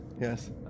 Yes